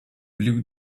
blue